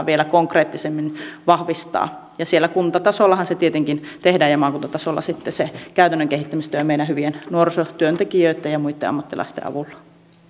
vielä konkreettisemmin vahvistaa ja siellä kuntatasolla ja maakuntatasollahan sitten tietenkin tehdään se käytännön kehittämistyö meidän hyvien nuorisotyöntekijöitten ja muitten ammattilaisten avulla